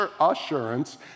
assurance